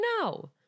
no